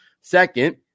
Second